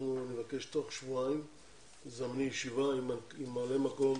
אנחנו נבקש תוך שבועיים לזמן ישיבה עם ממלא מקום